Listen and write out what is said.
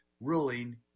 ruling